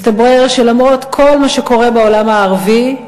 מסתבר שלמרות כל מה שקורה בעולם הערבי,